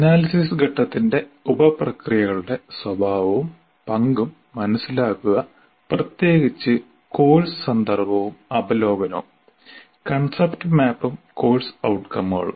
analysis ഘട്ടത്തിന്റെ ഉപപ്രക്രിയകളുടെ സ്വഭാവവും പങ്കും മനസിലാക്കുക പ്രത്യേകിച്ച് കോഴ്സ് സന്ദർഭവും അവലോകനവും കൺസെപ്റ്റ് മാപ്പും കോഴ്സ് ഔട്കമുകളും